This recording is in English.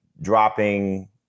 dropping